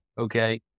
okay